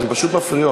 אתן פשוט מפריעות.